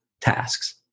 tasks